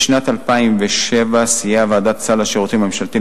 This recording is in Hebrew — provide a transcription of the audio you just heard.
בשנת 2007 סייעה ועדת סל השירותים הממשלתיים